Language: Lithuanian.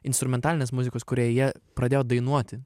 instrumentalinės muzikos kūrėjai pradėjo dainuoti